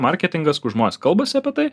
marketingas kur žmonės kalbasi apie tai